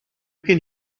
can